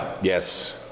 Yes